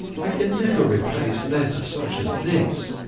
i can never replace leather such as this.